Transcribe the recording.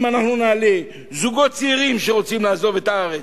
אם נשאל זוגות צעירים שרוצים לעזוב את הארץ,